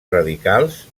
radicals